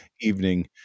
evening